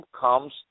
comes